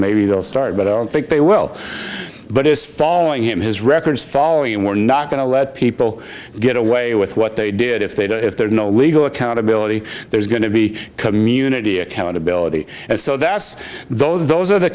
maybe they'll start but i don't think they will but is following him his records following and we're not going to let people get away with what they do if they do if there is no legal accountability there's going to be community accountability and so that's those those are the